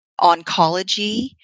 oncology